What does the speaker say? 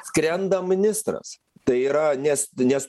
skrenda ministras tai yra nes nes